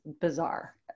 bizarre